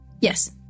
yes